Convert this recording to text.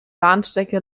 bahnstrecke